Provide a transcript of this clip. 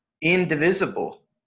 indivisible